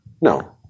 No